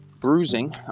Bruising